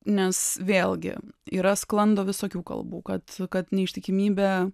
nes vėlgi yra sklando visokių kalbų kad kad neištikimybė